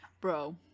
Bro